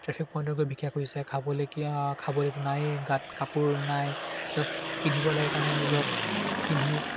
traffic পইণ্টত গৈ ভিক্ষা খুজিছে খাবলৈ কি খাবলৈতো নায়ে গাত কাপোৰ নাই জাষ্ট পিন্ধিব লাগে কাৰণে নিজৰ পিন্ধি